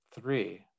three